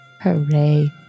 Hooray